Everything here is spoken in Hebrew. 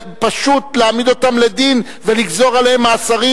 פשוט להעמיד אותם לדין ולגזור עליהם מאסרים,